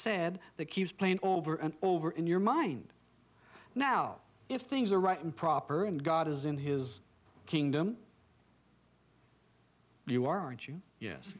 said that keeps playing over and over in your mind now if things are right and proper and god is in his kingdom you aren't you yes